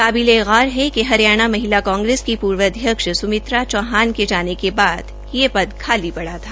काबिलेगौर है कि हरियाणा महिला कांग्रेस की पूर्व अध्यक्ष सुमित्रा चौहान के जाने के बाद यह पद खाली पड़ा था